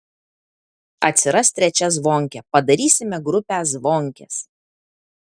atsiras trečia zvonkė padarysime grupę zvonkės